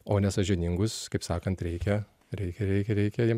o nesąžiningus kaip sakant reikia reikia reikia reikia jiems